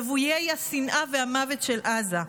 רוויי השנאה והמוות של עזה.